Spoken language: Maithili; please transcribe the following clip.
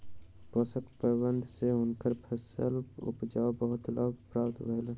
पोषक प्रबंधन सँ हुनका फसील उपजाक बहुत लाभ प्राप्त भेलैन